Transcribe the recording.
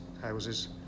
houses